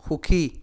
সুখী